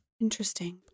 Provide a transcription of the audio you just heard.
Interesting